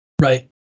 Right